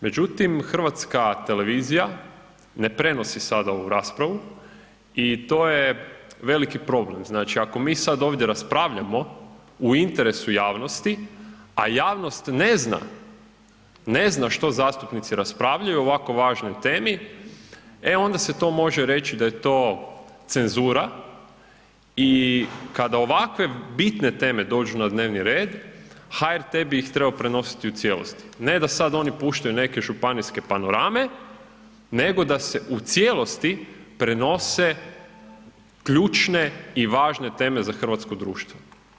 Međutim, HRT ne prenosi sada ovu raspravu i to je veliki problem, znači ako mi sad ovdje raspravljamo u interesu javnosti, a javnost ne zna, ne zna što zastupnici raspravljaju o ovako važnoj temi, e onda se to može reći da je to cenzura i kada ovakve bitne teme dođu na dnevni red, HRT bi ih trebao prenositi u cijelosti, ne da sad oni puštaju neke županijske panorame, nego da se u cijelosti prenose ključne i važne teme za hrvatsko društvo.